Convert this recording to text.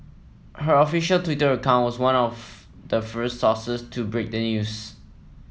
her official Twitter account was one of the first sources to break the news